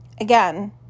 again